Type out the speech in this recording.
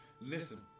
Listen